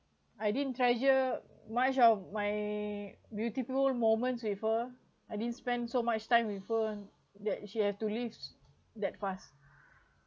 I didn't treasure much of my beautiful moments with her I didn't spend so much time with her that she have to leave that fast